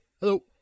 hello